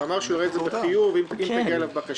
הוא אמר שהוא יראה את זה בחיוב אם תגיע אליו בקשה.